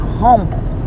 humble